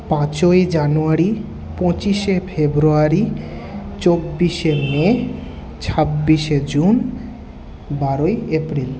পাঁচই জানুয়ারি পঁচিশে ফেব্রুয়ারি চব্বিশে মে ছাব্বিশে জুন বারোই এপ্রিল